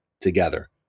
together